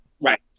Right